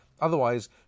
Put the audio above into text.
Otherwise